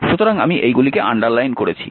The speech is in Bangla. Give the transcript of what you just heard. সুতরাং আমি এইগুলিকে আন্ডারলাইন করেছি